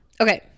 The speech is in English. Okay